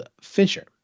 Fisher